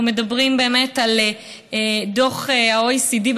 אנחנו מדברים באמת על דוח ה-OECD,